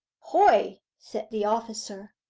hoy! said the officer.